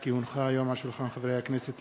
כי הונחה היום על שולחן חברי הכנסת,